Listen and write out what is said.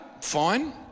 fine